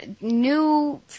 new